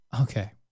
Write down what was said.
Okay